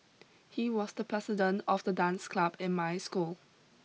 he was the president of the dance club in my school